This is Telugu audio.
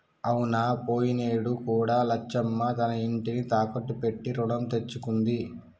అవునా పోయినేడు కూడా లచ్చమ్మ తన ఇంటిని తాకట్టు పెట్టి రుణం తెచ్చుకుంది